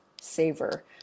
saver